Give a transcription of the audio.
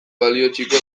balioetsiko